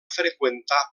freqüentar